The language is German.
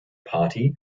party